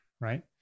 Right